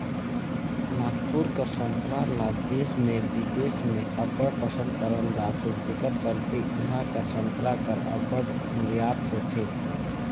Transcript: नागपुर कर संतरा ल देस में बिदेस में अब्बड़ पसंद करल जाथे जेकर चलते इहां कर संतरा कर अब्बड़ निरयात होथे